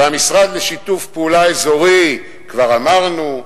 והמשרד לשיתוף פעולה אזורי כבר אמרנו,